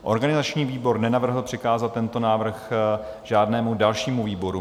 Organizační výbor nenavrhl přikázat tento návrh žádnému dalšímu výboru.